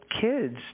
kids